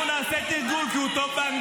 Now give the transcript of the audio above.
לא.